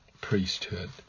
priesthood